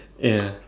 yeah yeah